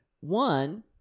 one